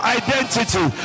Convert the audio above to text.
identity